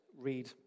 read